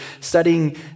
studying